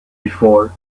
before